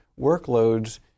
workloads